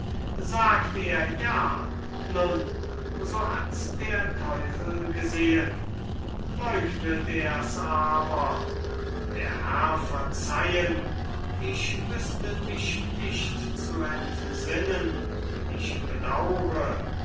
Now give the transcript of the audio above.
sagt er ja nun so hat's der teufel gesehen leugnet er's aber der herr verzeihen ich wüßte mich nicht zu entsinnen ich bedaure